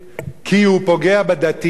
כי הוא פוגע בדתיים,